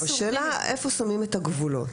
השאלה איפה שמים את הגבולות.